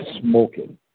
smoking